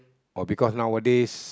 or because nowadays